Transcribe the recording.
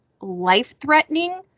life-threatening